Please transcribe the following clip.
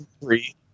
three